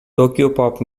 tokyopop